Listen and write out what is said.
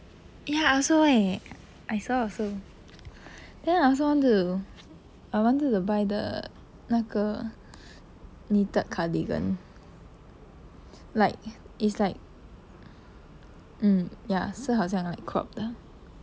ya I also eh I saw also then I also wanted to I wanted to buy the 那个 knitted cardigan like it's like um ya 是好像 like crop 的